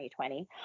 2020